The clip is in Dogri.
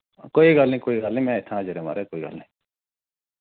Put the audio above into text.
कोई गल्ल नी कोई गल्ल नी में इत्थैं हाजर ऐं महाराज कोई गल्ल नी